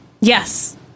Yes